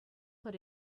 put